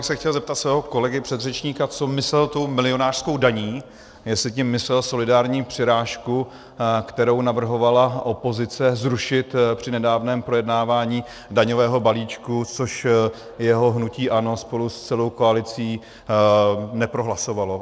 Já bych se chtěl zeptat svého kolegy předřečníka, co myslel tou milionářskou daní, jestli tím myslel solidární přirážku, kterou navrhovala opozice zrušit při nedávném projednávání daňového balíčku, což jeho hnutí ANO spolu s celou koalicí neprohlasovalo.